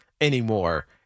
anymore